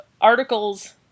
articles